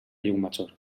llucmajor